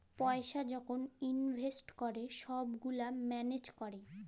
পইসা যখল ইলভেস্ট ক্যরে ছব গুলা ম্যালেজ ক্যরে